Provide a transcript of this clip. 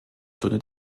stunde